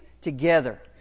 together